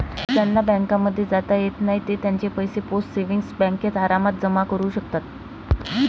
ज्यांना बँकांमध्ये जाता येत नाही ते त्यांचे पैसे पोस्ट सेविंग्स बँकेत आरामात जमा करू शकतात